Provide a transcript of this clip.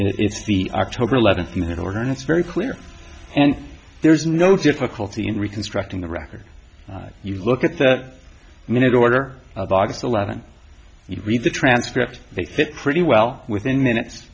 orders it's the october eleventh in order and it's very clear and there's no difficulty in reconstructing the record you look at the minute order of august eleventh you read the transcript they fit pretty well within minutes